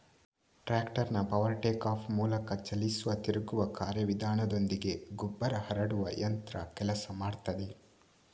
ಟ್ರಾಕ್ಟರ್ನ power take off ಮೂಲಕ ಚಲಿಸುವ ತಿರುಗುವ ಕಾರ್ಯ ವಿಧಾನದೊಂದಿಗೆ ಗೊಬ್ಬರ ಹರಡುವ ಯಂತ್ರ ಕೆಲಸ ಮಾಡ್ತದೆ